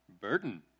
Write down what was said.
burden